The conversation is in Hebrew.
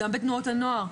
ובתנועות הנוער,